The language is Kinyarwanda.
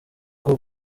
rwo